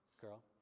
girl